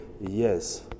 yes